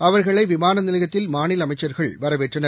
அவர்களைவிமானநிலையத்தில் மாநிலஅமைச்சர்கள் வரவேற்றனர்